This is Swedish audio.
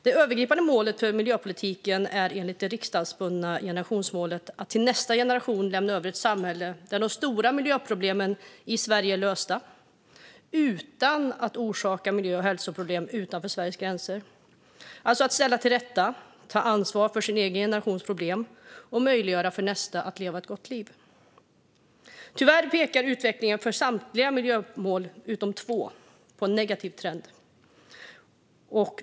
Det övergripande målet för miljöpolitiken är enligt det riksdagsbundna generationsmålet att till nästa generation lämna över ett samhälle där de stora miljöproblemen i Sverige är lösta, utan att orsaka miljö och hälsoproblem utanför Sveriges gränser. Det handlar om att ställa till rätta, ta ansvar för sin egen generations problem och möjliggöra för nästa att leva ett gott liv. Tyvärr pekar utvecklingen för samtliga miljömål utom två på en negativ trend.